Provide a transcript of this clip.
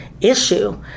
issue